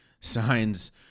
signs